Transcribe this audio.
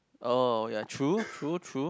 oh ya true true true